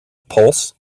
pulse